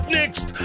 next